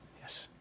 yes